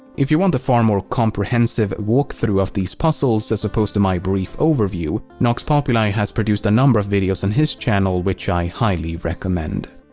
if you want a far more comprehensive walkthrough of these puzzles as opposed to my brief overview, nox populi has produced a number of videos on his channel which i highly recommend.